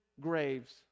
graves